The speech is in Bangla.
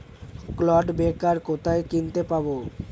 ক্লড ব্রেকার কোথায় কিনতে পাব?